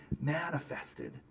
manifested